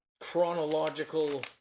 chronological